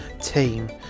team